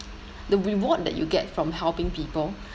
the reward that you get from helping people